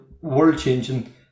world-changing